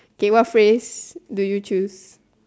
k what phrase do you choose